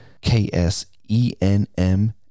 K-S-E-N-M